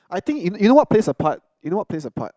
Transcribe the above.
I think in you know what plays apart you know what plays apart